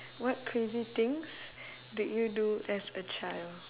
what crazy things did you do as a child